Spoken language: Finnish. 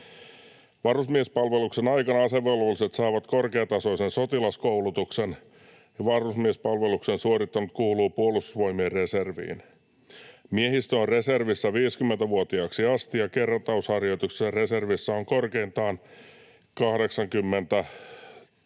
Varusmiespalveluksen aikana asevelvolliset saavat korkeatasoisen sotilaskoulutuksen, ja varusmiespalveluksen suorittanut kuuluu Puolustusvoimien reserviin. Miehistö on reservissä 50-vuotiaaksi asti, ja kertausharjoituksia reservissä on korkeintaan 80 tai